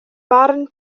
barn